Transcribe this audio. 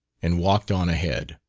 and walked on ahead.